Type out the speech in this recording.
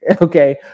Okay